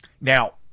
Now